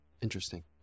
Interesting